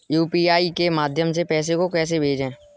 UPI के माध्यम से पैसे को कैसे भेजें?